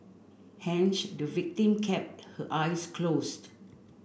hence the victim kept her eyes closed